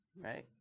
right